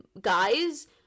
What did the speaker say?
guys